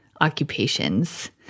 occupations